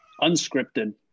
unscripted